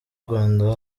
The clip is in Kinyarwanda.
rwanda